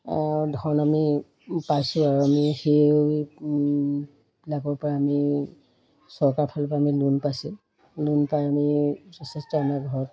ধন আমি পাইছোঁ আৰু আমি সেই বিলাকৰ পৰা আমি চৰকাৰৰ ফালৰ পৰা আমি লোন পাইছোঁ লোন পাই আমি যথেষ্ট আমাৰ ঘৰত